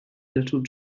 little